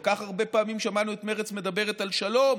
כל כך הרבה פעמים שמענו את מרצ מדברת על שלום